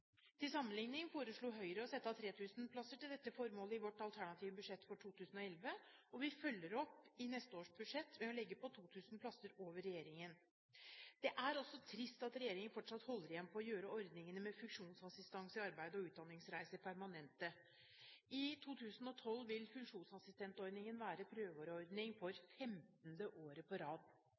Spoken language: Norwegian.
Til sammenlikning foreslo Høyre å sette av 3 000 plasser til dette formålet i vårt alternative budsjett for 2011, og vi følger opp i neste års budsjett ved å legge på 2 000 plasser mer enn regjeringen. Det er også trist at regjeringen fortsatt holder igjen på å gjøre ordningene med funksjonsassistanse i arbeids- og utdanningsreiser permanente. I 2012 vil funksjonsassistentordningen være prøveordning for 15. året på rad.